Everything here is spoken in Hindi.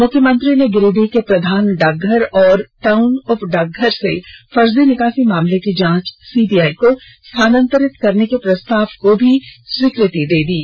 मुख्यमंत्री ने गिरिडीह के प्रधान डाकघर और टाउन उपडाकघर से फर्जी निकासी मामले की जांच सीबीआई को स्थानांतरित करने के प्रस्ताव को भी स्वीकृति प्रदान कर दी है